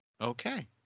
Okay